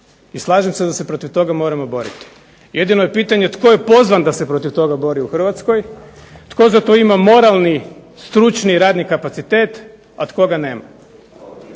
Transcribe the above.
I slažem se da se protiv toga moramo boriti. Jedino je pitanje tko je pozvan da se protiv toga bori u hrvatskoj, tko za to ima moralni, stručni, radni kapacitet a tko ga nema.